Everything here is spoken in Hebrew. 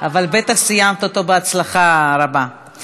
אבל בטח סיימת אותו בהצלחה רבה.